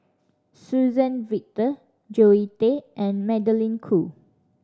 Suzann Victor Zoe Tay and Magdalene Khoo